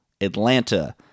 Atlanta